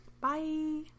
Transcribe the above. Bye